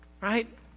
right